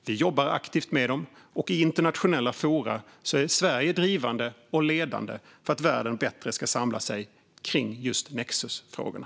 Vi jobbar aktivt med dem, och i internationella forum är Sverige drivande och ledande för att världen bättre ska samla sig kring just nexusfrågorna.